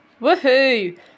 Woohoo